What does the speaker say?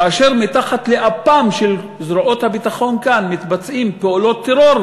כאשר מתחת לאף של זרועות הביטחון כאן מתבצעות פעולות טרור,